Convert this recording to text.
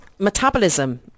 metabolism